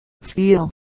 steel